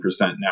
now